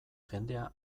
jendea